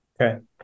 Okay